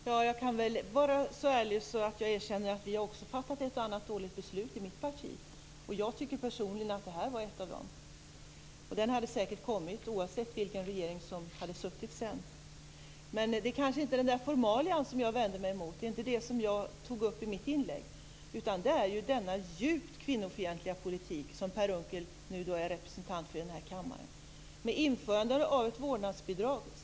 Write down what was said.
Herr talman! Jag kan vara så ärlig att jag erkänner att vi också i mitt parti har fattat ett och annat dåligt beslut. Jag tycker personligen att detta var ett av dem. Lagen hade säkert kommit oavsett vilken regering som suttit. Det är inte formalian jag vänder mig mot. Det var inte den jag tog upp i mitt inlägg, utan den djupt kvinnofientliga politik som Per Unckel nu är representant för i kammaren. Ställer Folkpartiet upp på införandet av ett vårdnadsbidrag?